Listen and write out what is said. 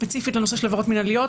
ספציפית לנושא של עבירות מנהליות,